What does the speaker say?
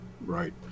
right